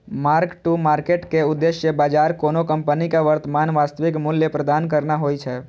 mark to market के उद्देश्य बाजार कोनो कंपनीक वर्तमान वास्तविक मूल्य प्रदान करना होइ छै